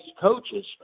coaches